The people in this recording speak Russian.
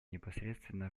непосредственно